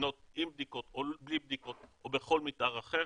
מדינות עם בדיקות או בלי בדיקות ובכל מתאר אחר,